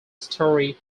story